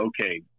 okay